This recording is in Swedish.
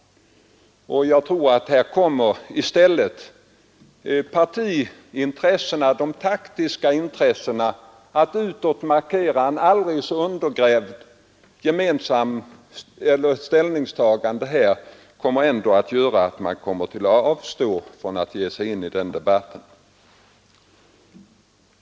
Här kommer i stället partiintressena och de taktiska intressena att utåt markera enighet även om det är ett aldrig så undergrävt gemensamt ställningstagande. Det gör att man avstår från att ge sig i den debatten.